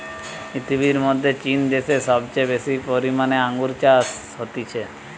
পৃথিবীর মধ্যে চীন দ্যাশে সবচেয়ে বেশি পরিমানে আঙ্গুর চাষ হতিছে